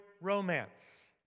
romance